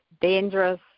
dangerous